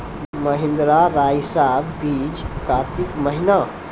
महिंद्रा रईसा बीज कार्तिक महीना?